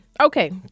Okay